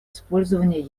использования